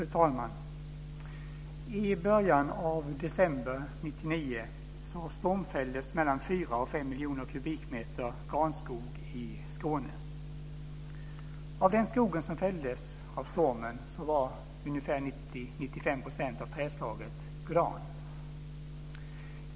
Fru talman! I början av december 1999 stormfälldes mellan fyra och fem miljoner kubikmeter granskog i Skåne. Av den skogen som fälldes av stormen var 95 % av trädslaget gran.